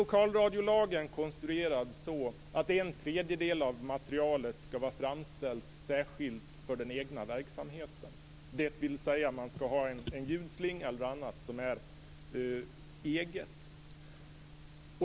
Lokalradiolagen är konstruerad så att en tredjedel av materialet skall vara framställt särskilt för den egna verksamheten, dvs. att man skall ha en ljudslinga eller annat som är eget.